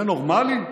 זה נורמלי?